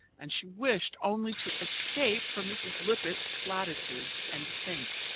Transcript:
and she wished only to escape from mrs. lippett's platitudes and think.